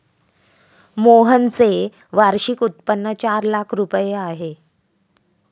मोहनचे वार्षिक उत्पन्न चार लाख रुपये आहे